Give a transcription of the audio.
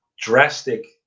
drastic